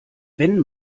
wenn